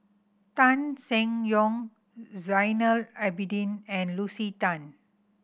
Tan Seng Yong Zainal Abidin and Lucy Tan